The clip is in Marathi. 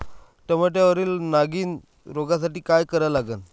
टमाट्यावरील नागीण रोगसाठी काय करा लागन?